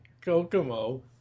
Kokomo